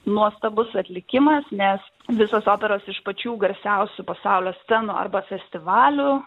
nuostabus atlikimas nes visos operos iš pačių garsiausių pasaulio scenų arba festivalių